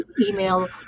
email